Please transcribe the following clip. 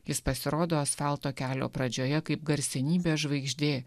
jis pasirodo asfalto kelio pradžioje kaip garsenybė žvaigždė